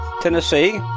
tennessee